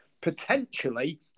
potentially